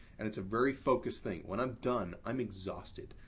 and it's a very focused thing. when i'm done, i'm exhausted.